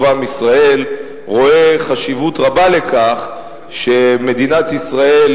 עם ישראל רואים חשיבות רבה בכך שמדינת ישראל,